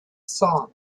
song